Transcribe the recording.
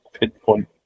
pinpoint